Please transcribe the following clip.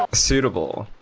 ah suitable